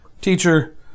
Teacher